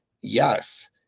Yes